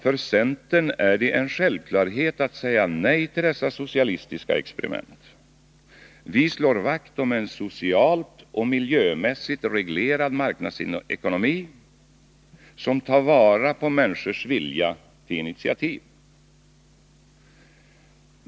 För centern är det en självklarhet att säga nej till dessa socialistiska experiment. Vi slår vakt om en socialt och miljömässigt reglerad marknadsekonomi, som tar vara på människors vilja till initiativ.